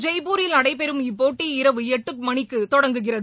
ஜெய்பூரில் நடைபெறும் இப்போட்டி இரவு எட்டு மணி தொடங்குகிறது